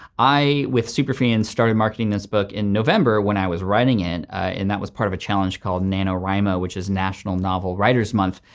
i, with superfans started marketing this book in november when i was writing it and that was part of a challenge called nanowrimo, which is national novel writers month,